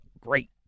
great